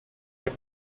est